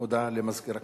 הודעה למזכיר הכנסת.